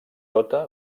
tota